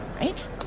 Right